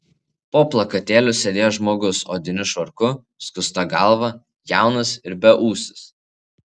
po plakatėliu sėdėjo žmogus odiniu švarku skusta galva jaunas ir beūsis